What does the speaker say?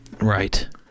Right